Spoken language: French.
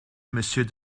monsieur